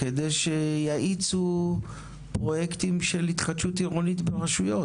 כדי שיאיצו פרויקטים של התחדשות עירונית ברשויות.